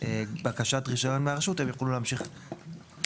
בקשת רישיון מהרשות, הם יוכלו להמשיך ולפעול.